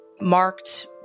marked